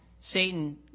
Satan